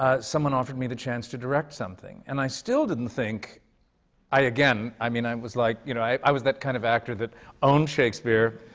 ah someone offered me the chance to direct something. and i still didn't think again, i mean, i was like, you know, i i was that kind of actor that owned shakespeare.